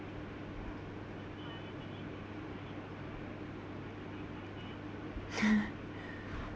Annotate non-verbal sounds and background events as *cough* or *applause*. *laughs*